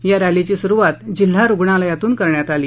या रसीची सुरूवात ज़िल्हा रूग्णालयातून करण्यात आली